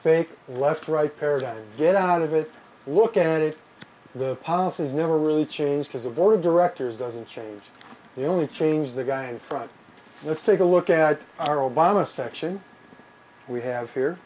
fake left right paradigm get out of it look at it the policy is never really changed as a board of directors doesn't change the only change the guy in front let's take a look at our obama section we have here